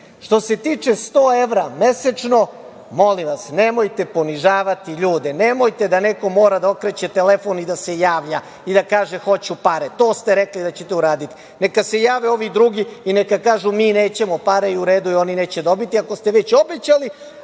se tiče 100 evra mesečno, molim vas, nemojte ponižavati ljude, nemojte da neko mora da okreće telefon i da se javlja i da kaže – hoću pare. To ste rekli da ćete uraditi. Neka se jave ovi drugi i neka kažu – mi nećemo pare, i u redu je, oni neće dobiti. Ako ste već obećali,